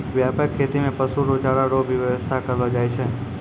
व्यापक खेती मे पशु रो चारा रो भी व्याबस्था करलो जाय छै